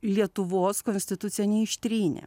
lietuvos konstitucija neištrynė